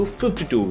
52